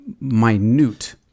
minute